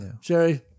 Sherry